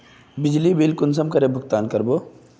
बिजली बिल कुंसम करे भुगतान कर बो?